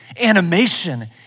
animation